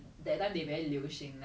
orh okay okay